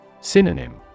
Synonym